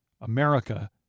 America